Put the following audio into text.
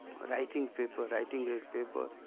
writing paper, writing grade paper